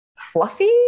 Fluffy